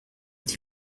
est